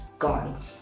gone